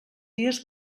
dies